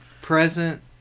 present